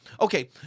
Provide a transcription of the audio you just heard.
Okay